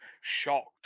shocked